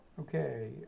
Okay